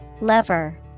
Lever